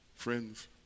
Friends